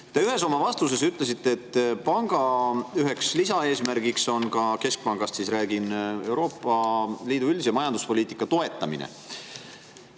Te ühes oma vastuses ütlesite, et üks panga lisaeesmärk on ka – keskpangast siis räägin – Euroopa Liidu üldise majanduspoliitika toetamine.